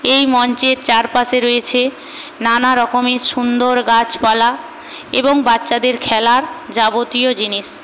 এই মঞ্চের চারপাশে রয়েছে নানারকমের সুন্দর গাছপালা এবং বাচ্চাদের খেলার যাবতীয় জিনিস